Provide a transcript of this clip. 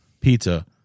Pizza